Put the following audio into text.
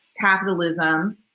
capitalism